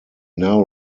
now